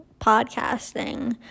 podcasting